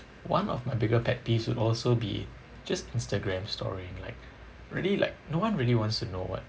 one of my bigger pet peeves would also be just Instagram story and like really like no one really wants to know what